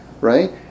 right